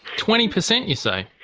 twenty per cent, you say.